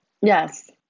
Yes